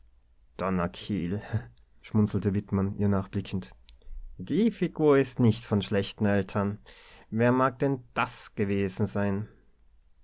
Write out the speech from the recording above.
schmunzelte wittmann ihr nachblickend die figur is nicht von schlechten eltern wer mag denn das gewesen sein